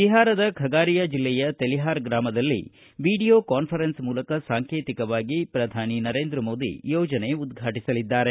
ಬಿಹಾರದ ಖಗಾರಿಯಾ ಜಿಲ್ಲೆಯ ತೆಲಿಹಾರ್ ಗ್ರಾಮದಲ್ಲಿ ವಿಡಿಯೋ ಕಾನ್ಫರೆನ್ಸ್ ಮೂಲಕ ಸಾಂಕೇತಿಕವಾಗಿ ಪ್ರಧಾನಿ ನರೇಂದ್ರ ಮೋದಿ ಯೋಜನೆ ಉದ್ಘಾಟಿಸಲಿದ್ದಾರೆ